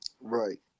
Right